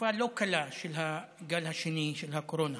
בתקופה לא קלה של הגל השני של הקורונה.